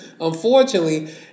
unfortunately